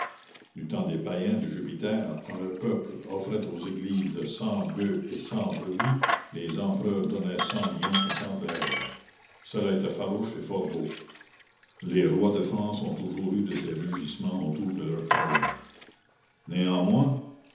du temps des païens de jupiter quand le peuple offrait aux églises cent boeufs et cent brebis les empereurs donnaient cent lions et cent aigles cela était farouche et fort beau les rois de france ont toujours eu de ces rugissements autour de leur trône néanmoins